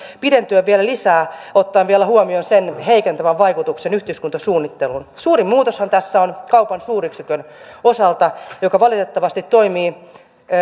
pidentyä vielä lisää ottaen vielä huomioon sen heikentävän vaikutuksen yhdyskuntasuunnitteluun suurin muutoshan tässä on kaupan suuryksikön osalta mikä valitettavasti toimii